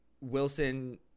Wilson